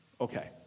Okay